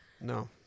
No